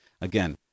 Again